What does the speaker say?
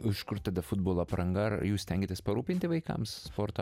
iš kur tada futbolo apranga ar jūs stengiatės parūpinti vaikams sporto